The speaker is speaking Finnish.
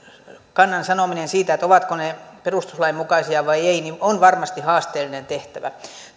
kannan sanominen siitä ovatko ne perustuslain mukaisia vai eivät on varmasti haasteellinen tehtävä